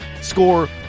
score